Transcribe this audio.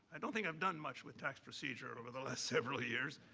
i don't think i've done much with tax procedure over the last several years,